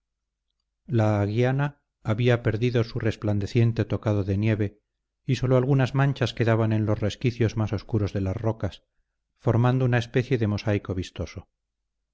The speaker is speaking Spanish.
la aguiana había perdido su resplandeciente tocado de nieve y sólo algunas manchas quedaban en los resquicios más oscuros de las rocas formando una especie de mosaico vistoso